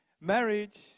Marriage